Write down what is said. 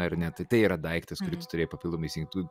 ar ne tai tai yra daiktas kurį tu turėjai papildomai įsigyt tu